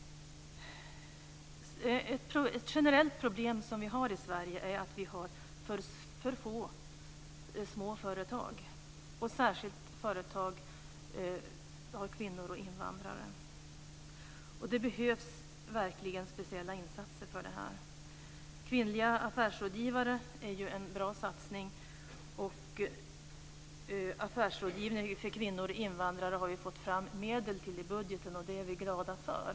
Ett generellt problem som vi har i Sverige är att vi har för få små företag, och särskilt företag som drivs av kvinnor och invandrare. Det behövs verkligen speciella insatser för detta. Kvinnliga affärsrådgivare är en bra satsning. Affärsrådgivning för kvinnor och invandrare har vi fått medel till i budgeten, och det är vi glada för.